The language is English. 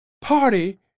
party